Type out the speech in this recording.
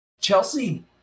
Chelsea